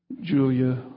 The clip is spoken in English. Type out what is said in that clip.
Julia